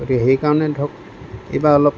গতিকে সেই কাৰণে ধৰক এইবাৰ অলপ